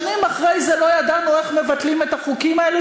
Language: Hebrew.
שנים אחרי זה לא ידענו איך מבטלים את החוקים האלה,